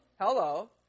Hello